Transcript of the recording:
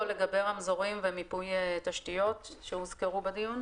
לגבי רמזורים ומיפוי תשתיות שהוזכרו בדיון.